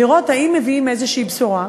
לראות אם מביאים איזו בשורה,